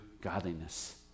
godliness